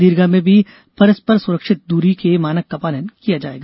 दीर्घा में भी परस्पर सुरक्षित दूरी के मानक का पालन किया जायेगा